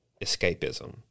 escapism